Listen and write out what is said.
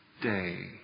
day